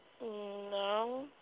No